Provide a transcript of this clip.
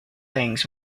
things